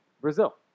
Brazil